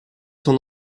son